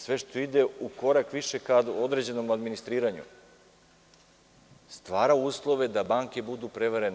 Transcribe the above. Sve što ide u korak više ka određenom administriranju stvara uslove da banke budu prevarene.